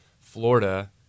Florida